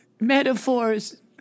metaphors